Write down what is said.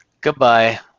Goodbye